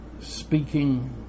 speaking